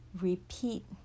repeat